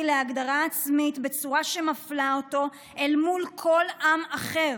להגדרה עצמית בצורה שמפלה אותו אל מול כל עם אחר.